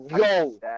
yo